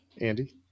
Andy